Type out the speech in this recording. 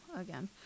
Again